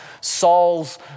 Saul's